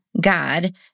God